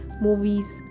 movies